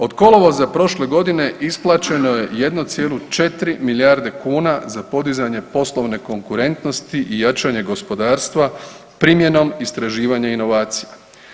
Od kolovoza prošle godine isplaćeno je 1,4 milijarde kuna za podizanje poslovne konkurentnosti i jačanje gospodarstva primjenom istraživanja i inovacija.